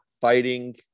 fighting